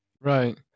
Right